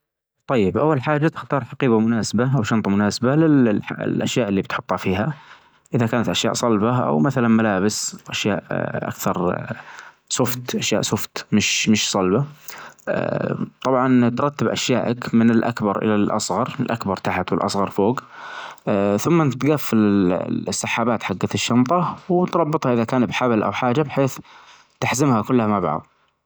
طيب أول حاچة تختار حقيبة مناسبة أو شنطة مناسبة لل-للأشياء اللي بتحطها فيها إذا كانت أشياء صلبة أو مثلا ملابس أشياء أكثر سوفت أشياء سوفت مش-مش صلبة، آآ طبعا ترتب أشيائك من الأكبر الى الأصغر، الأكبر تحت والأصغر فوج، آآ ثم بتجفل ال-السحابات حجت الشنطة وتربطها إذا كان بحبل أو حاچة بحيث تحزمها كلها مع بعض.